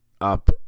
up